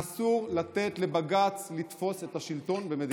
אסור לתת לבג"ץ לתפוס את השלטון במדינת ישראל.